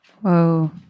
Whoa